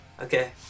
okay